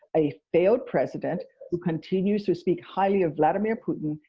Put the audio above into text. a failed president who continues to speak highly of vladimir putin,